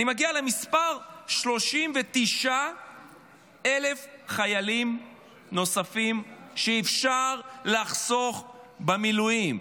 אני מגיע למספר 39,000 חיילים נוספים שאפשר לחסוך במילואים.